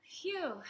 Phew